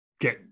get